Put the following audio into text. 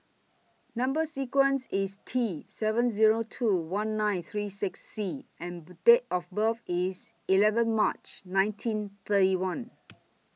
Number sequence IS T seven Zero two one nine three six C and Date of birth IS eleven March nineteen thirty one